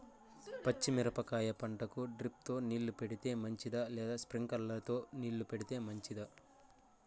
పచ్చి మిరపకాయ పంటకు డ్రిప్ తో నీళ్లు పెడితే మంచిదా లేదా స్ప్రింక్లర్లు తో నీళ్లు పెడితే మంచిదా?